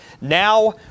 now